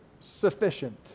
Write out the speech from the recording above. sufficient